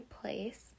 place